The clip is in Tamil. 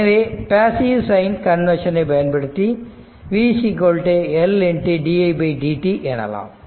எனவே பேசிவ் சைன் கன்வென்ஷன் ஐ பயன்படுத்தி v L didt எனலாம்